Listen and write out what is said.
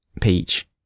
Peach